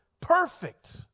Perfect